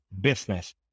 business